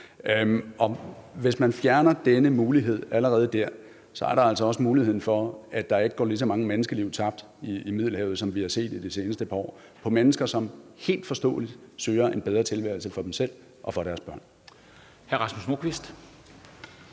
hvis man fjerner denne mulighed allerede der, så er der altså også en mulighed for, at der ikke går lige så mange menneskeliv tabt i Middelhavet, som vi har set det i de seneste par år, altså mennesker, som af helt forståelige grunde søger en bedre tilværelse for dem selv og for deres børn.